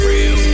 Real